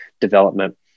development